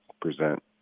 present